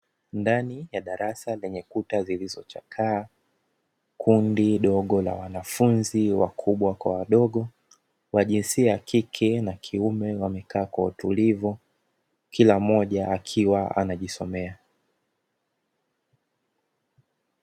Ndani ya darasa lenye kuta zilizochakaa, kundi dogo la wanafunzi wakubwa kwa wadogo, wa jinsia ya kike na kiume, wamekaa kwa utulivu, kila mmoja akiwa anajisomea.